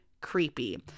creepy